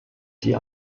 die